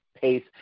pace